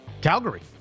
Calgary